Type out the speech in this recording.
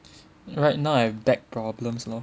right now I have back problems lor